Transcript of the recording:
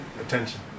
Attention